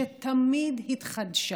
שתמיד התחדשה,